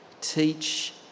teach